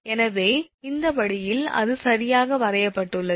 எனவே இந்த வழியில் அது சரியாக வரையப்பட்டுள்ளது